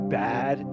bad